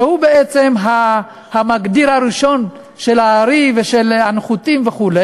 והוא היה המגדיר הראשון של הארים ושל הנחותים וכו'.